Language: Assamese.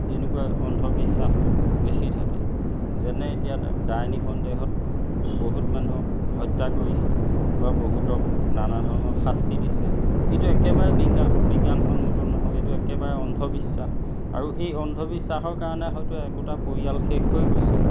এনেকুৱা অন্ধবিশ্বাসটো বেছি থাকে যেনে এতিয়া ডাইনী সন্দেহত বহুত মানুহক হত্যা কৰিছে বা বহুতক নানা ধৰণৰ শাস্তি দিছে এইটো একেবাৰে বিজ্ঞান বিজ্ঞানসন্মত নহয় এইটো একেবাৰে অন্ধবিশ্বাস আৰু এই অন্ধবিশ্বাসৰ কাৰণে হয়তো একোটা পৰিয়াল শেষ হৈ গৈছে